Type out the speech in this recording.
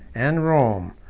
and rome,